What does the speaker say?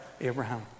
Abraham